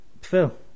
Phil